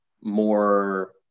more